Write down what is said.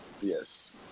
Yes